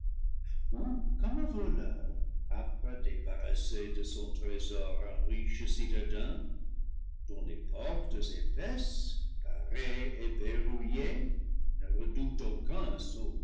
voleur âpre à débarrasser de son trésor un riche citadin dont les portes épaisses barrées et verrouillées ne redoutent